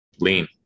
lean